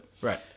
Right